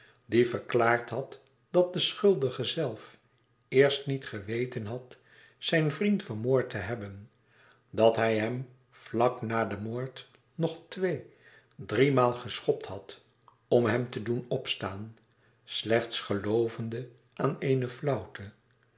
die verklaard had dat de schuldige zelf eerst niet geweten had zijn vriend vermoord te hebben dat hij hem vlak na den moord nog twee driemaal geschopt had om hem te doen opstaan slechts geloovende aan eene